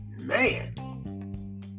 Man